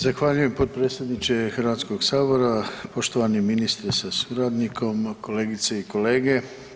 Zahvaljujem potpredsjedniče Hrvatskoga sabora, poštovani ministre sa suradnikom, kolegice i kolege.